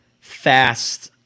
fast